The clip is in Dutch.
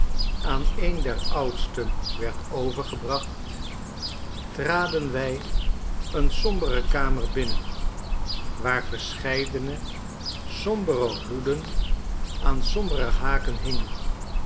aan een der oudsten werd overgebracht traden wij een sombere kamer binnen waar verscheidene sombere hoeden aan sombere haken hingen